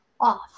off